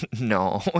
no